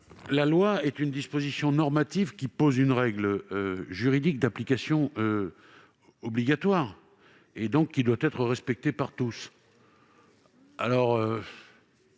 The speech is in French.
La loi est une disposition normative qui pose une règle juridique d'application obligatoire ; elle doit donc être respectée par tous.